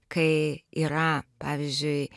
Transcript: kai yra pavyzdžiui